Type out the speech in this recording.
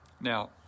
Now